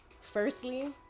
Firstly